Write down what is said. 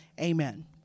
amen